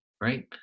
right